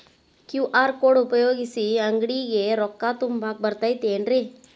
QR code ಉಪಯೋಗಿಸಿ, ಅಂಗಡಿಗೆ ರೊಕ್ಕಾ ತುಂಬಾಕ್ ಬರತೈತೇನ್ರೇ?